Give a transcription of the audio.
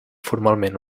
formalment